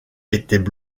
étaient